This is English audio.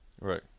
Right